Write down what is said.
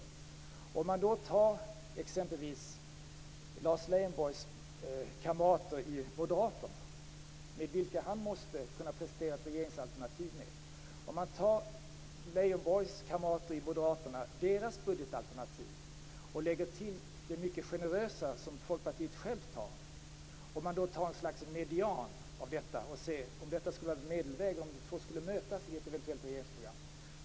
Lars Leijonborg måste kunna prestera ett regeringsalternativ med sina kamrater i Moderaterna. Man kan ta budgetalternativet från Leijonborgs kamrater i Moderaterna och lägga till det mycket generösa alternativ som Folkpartiet självt har. Man kan ta ett slags median av detta - en medelväg om de två skulle mötas i ett eventuellt regeringsprogram.